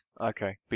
Okay